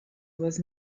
was